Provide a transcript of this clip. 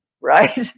Right